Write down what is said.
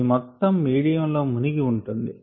ఇది మొత్తం మీడియం లో మునిగి ఉంటుంది